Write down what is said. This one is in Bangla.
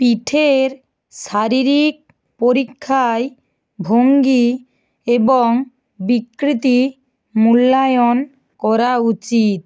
পিঠের শারীরিক পরীক্ষায় ভঙ্গি এবং বিকৃতি মূল্যায়ন করা উচিত